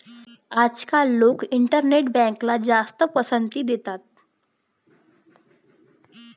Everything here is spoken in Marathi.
आजकाल लोक इंटरनेट बँकला जास्त पसंती देतात